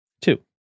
Two